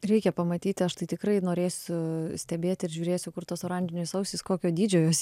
reikia pamatyti aš tai tikrai norėsiu stebėti ir žiūrėsiu kur tos oranžinės ausys kokio dydžio jos